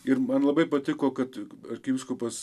ir man labai patiko kad arkivyskupas